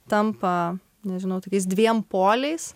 tampa nežinau tokiais dviem poliais